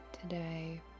today